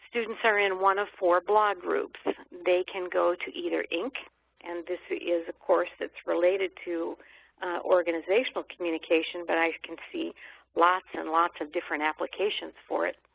students are in one of four blog groups. they go to either inc and this is a course that's related to organizational communication but i can see lots and lots of different applications for it.